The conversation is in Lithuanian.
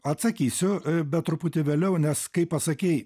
atsakysiu bet truputį vėliau nes kai pasakei